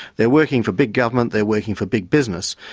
they're working for big government, they're working for big business,